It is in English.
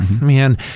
man